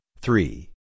three